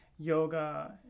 yoga